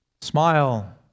Smile